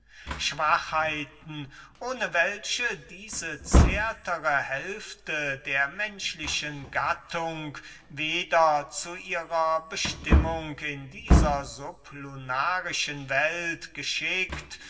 und ohne welche diese hälfte der menschlichen gattung weder zu ihrer bestimmung in dieser sublunarischen welt so geschickt